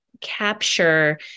capture